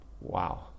wow